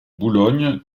boulogne